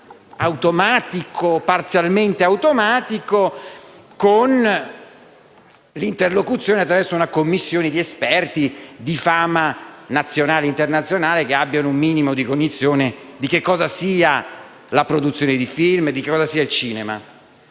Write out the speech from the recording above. automatico o parzialmente automatico, con l'interlocuzione con una commissione di esperti di fama nazionale e internazionale che avessero un minimo di cognizione di cosa sia la produzione di film e di cosa sia il cinema.